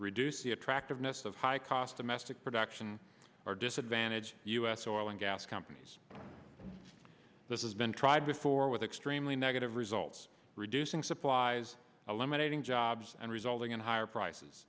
reduce the attractiveness of high cost of mesic production or disadvantage us oil and gas companies this has been tried before with extremely negative results reducing supplies eliminating jobs and resulting in higher prices